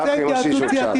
אני רוצה התייעצות סיעתית.